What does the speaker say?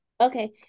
okay